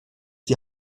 die